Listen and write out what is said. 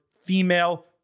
Female